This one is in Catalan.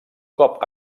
cop